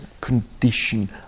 condition